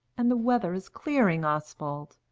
and the weather is clearing, oswald.